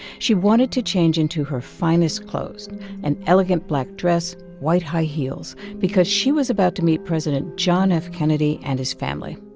she wanted to change into her finest clothes an elegant black dress, white high heels because she was about to meet president john f. kennedy and his family.